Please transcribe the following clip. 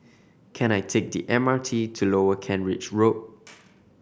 can I take the M R T to Lower Kent Ridge Road